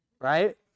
right